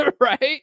right